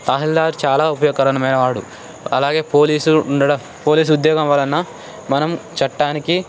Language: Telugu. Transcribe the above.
తహసీల్దార్ చాలా ఉపయోగకరమైనవాడు అలాగే పోలీసు ఉండడ పోలీసు ఉద్యోగం వలన మనం చట్టానికి